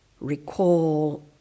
recall